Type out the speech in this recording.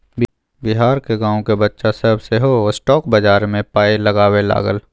बिहारक गामक बच्चा सभ सेहो स्टॉक बजार मे पाय लगबै लागल